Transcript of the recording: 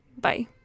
Bye